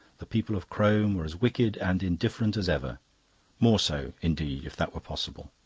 the people of crome were as wicked and indifferent as ever more so, indeed, if that were possible.